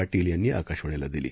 पाटील यांनी आकाशवाणीला दिली